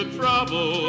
trouble